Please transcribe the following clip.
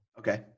Okay